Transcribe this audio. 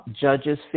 Judges